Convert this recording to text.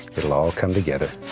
it'll all come together.